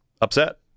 upset